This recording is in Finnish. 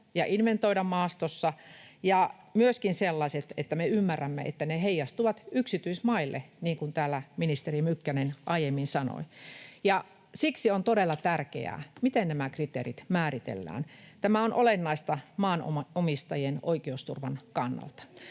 ja inventoida maastossa, ja myöskin sellaiset, että me ymmärrämme, että ne heijastuvat yksityismaille, niin kuin täällä ministeri Mykkänen aiemmin sanoi. Siksi on todella tärkeää, miten nämä kriteerit määritellään. Tämä on olennaista maanomistajien oikeusturvan kannalta.